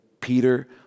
Peter